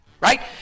right